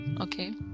Okay